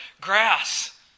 grass